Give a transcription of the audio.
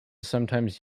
sometimes